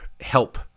help